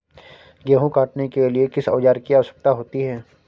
गेहूँ काटने के लिए किस औजार की आवश्यकता होती है?